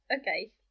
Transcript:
Okay